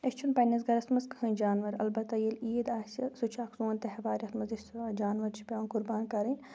أسۍ چھِنہٕ پنٛنِس گَرَس منٛز کٕہٕنۍ جانوَر البتہ ییٚلہِ عیٖد آسہِ سُہ چھِ اَکھ سون تیہوار یَتھ منٛز أسۍ جانوَر چھِ پٮ۪وان قۄربان کَرٕنۍ